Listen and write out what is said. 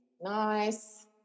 Nice